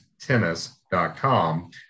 tennis.com